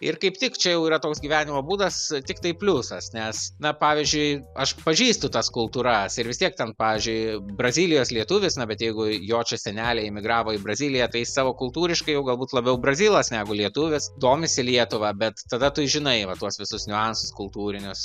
ir kaip tik čia jau yra toks gyvenimo būdas tik tai pliusas nes na pavyzdžiui aš pažįstu tas kultūras ir vis tiek ten pavyžiui brazilijos lietuvis na bet jeigu jo čia seneliai emigravo į braziliją tai savo kultūriškai jau galbūt labiau brazilas negu lietuvis domisi lietuva bet tada tu žinai va tuos visus niuansus kultūrinius